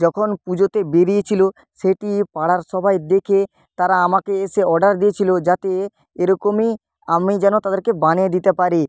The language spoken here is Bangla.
যখন পুজোতে বেরিয়েছিল সেটি পাড়ার সবাই দেখে তারা আমাকে এসে অর্ডার দিয়েছিল যাতে এরকমই আমি যেন তাদেরকে বানিয়ে দিতে পারি